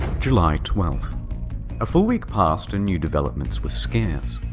july twelve a full week passed and new developments were scarce.